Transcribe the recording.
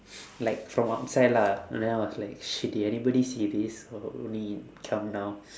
like from outside lah then I was like shit did anybody see this or only come now